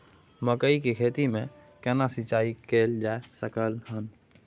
मकई की खेती में केना सिंचाई कैल जा सकलय हन?